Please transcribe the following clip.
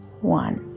one